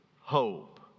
hope